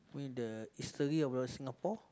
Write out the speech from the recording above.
you mean the history about Singapore